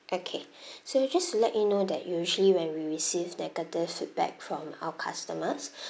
okay so just let you know that usually when we receive negative feedback from our customers